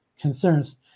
concerns